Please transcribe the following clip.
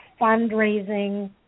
fundraising